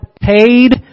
paid